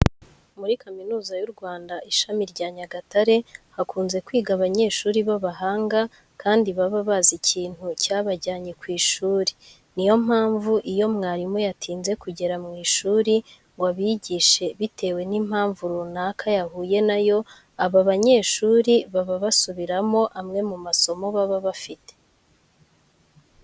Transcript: Muri Kaminuza y'u Rwanda ishami rya Nyagatare hakunze kwiga abanyeshuri b'abahanga kandi baba bazi ikintu cyabajyanye ku ishuri. Niyo mpamvu, iyo mwarimu yatinze kugera mu ishuri ngo abigishe bitewe n'impamvu runaka yahuye na yo, aba banyeshuri baba basubiramo amwe mu masomo baba bafite.